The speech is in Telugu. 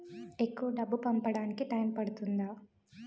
ఎక్కువ డబ్బు పంపడానికి టైం పడుతుందా?